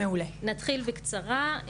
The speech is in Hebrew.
נתחיל בקצרה,